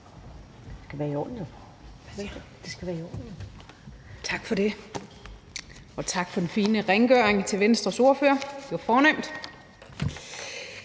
Dencker (DF): Tak for det. Og tak for den fine rengøring til Venstres ordfører, det var fornemt.